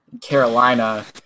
Carolina –